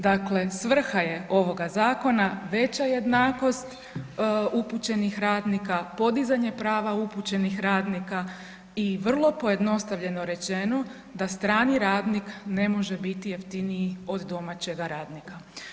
Dakle, svrha je ovoga zakona veća jednakost upućenih radnika, podizanje prava upućenih radnika i vrlo pojednostavljeno rečeno, da strani radnik ne može biti jeftiniji od domaćega radnika.